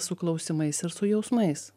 su klausimais ir su jausmais